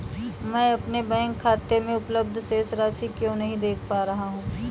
मैं अपने बैंक खाते में उपलब्ध शेष राशि क्यो नहीं देख पा रहा हूँ?